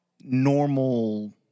normal